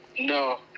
No